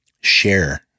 share